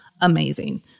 amazing